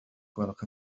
gwelwch